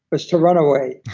was to run away.